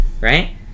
right